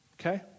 Okay